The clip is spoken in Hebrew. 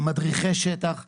עם מדריכי שטח שמסבירים,